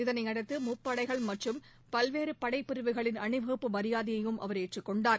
இதனையடுத்து முப்படைகள் மற்றம் பல்வேறு படைப்பிரிவுகளின் அணிவகுப்பு மரியாதையை அவர் ஏற்றக்கொண்டார்